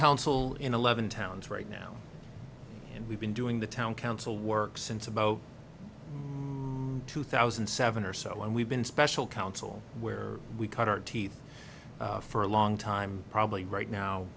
council in eleven towns right now and we've been doing the town council work since about two thousand and seven or so and we've been special counsel where we cut our teeth for a long time probably right now